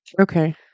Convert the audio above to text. Okay